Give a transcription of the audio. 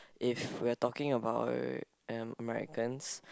if we are talking about um Americans